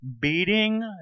beating